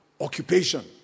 occupation